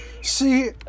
See